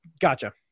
gotcha